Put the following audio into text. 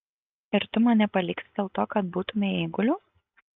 ir tu mane paliksi dėl to kad būtumei eiguliu